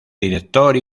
director